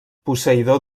posseïdor